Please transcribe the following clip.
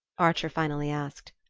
archer finally asked.